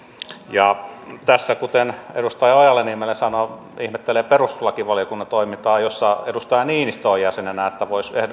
ja kuten edustaja ojala niemelä ihmetteli perustuslakivaliokunnan toimintaa jossa edustaja niinistö on jäsenenä voisi